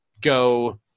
go